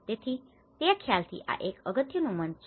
તેથી તે ખ્યાલથી આ એક અગત્યનું મંચ છે